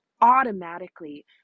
automatically